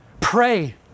Pray